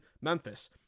Memphis